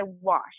wash